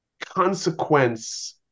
consequence